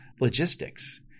logistics